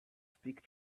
speak